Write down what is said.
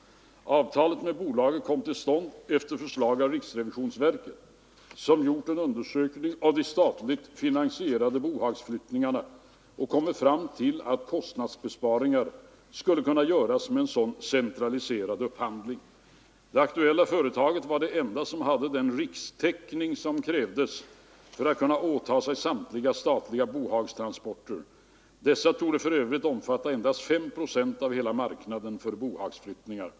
Avtalet med bolaget kom till stånd efter förslag av riksrevisionsverket, som gjort en undersökning av de statligt finansierade bohagsflyttningarna och kommit fram till att kostnadsbesparingar skulle kunna göras med en sådan centraliserad upphandling. Det aktuella företaget var det enda som hade den rikstäckning som krävdes för att kunna åta sig samtliga statliga bohagstransporter. Dessa torde för övrigt omfatta endast ca 5 procent av hela marknaden för bohagsflyttningar.